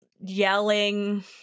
yelling